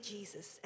Jesus